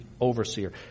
overseer